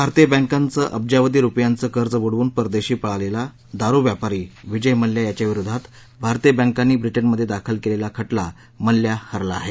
भारतीय बँकांचं अब्जावधि रुपयांचं कर्ज बुडवून परदेशी पळालेला दारु व्यापारी विजय मल्ल्या याच्या विरोधात भारतीय बँकांनी ब्रिटनमध्ये दाखल केलेला खटला मल्ल्या हरला आहे